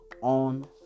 on